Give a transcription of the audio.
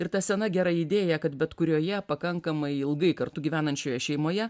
ir ta sena gera idėja kad bet kurioje pakankamai ilgai kartu gyvenančioje šeimoje